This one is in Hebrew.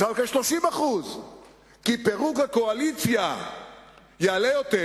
אפשר לקבל 30%. "פירוק הקואליציה יעלה יותר"